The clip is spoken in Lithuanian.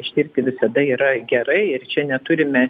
ištirti visada yra gerai ir čia neturime